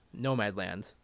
Nomadland